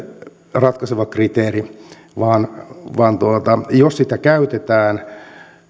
ratkaiseva kriteeri vaan vaan jos sitä käytetään